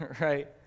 right